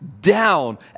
down